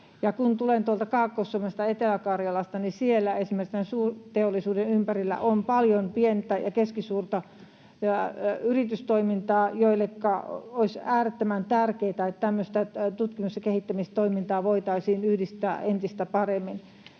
Tulen tuolta Kaakkois-Suomesta, Etelä-Karjalasta, ja siellä esimerkiksi suurteollisuuden ympärillä on paljon pientä ja keskisuurta yritystoimintaa, joilleka olisi äärettömän tärkeätä, että tämmöistä tutkimus- ja kehittämistoimintaa voitaisiin yhdistää entistä paremmin.